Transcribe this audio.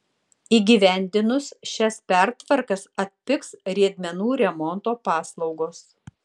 įgyvendinus šias pertvarkas atpigs riedmenų remonto paslaugos